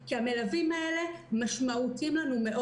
כי המלווים האלה מאוד משמעותיים לנו.